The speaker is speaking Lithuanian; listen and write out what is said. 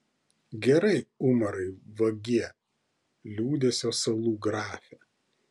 gerai umarai vagie liūdesio salų grafe